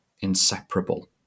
inseparable